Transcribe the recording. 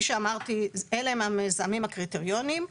שאמרתי, אלה הם המזהמים הקריטריונים.